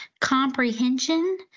comprehension